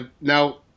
Now